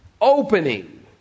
opening